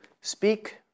speak